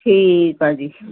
ਠੀਕ ਆ ਜੀ